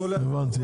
הכל היה ברור,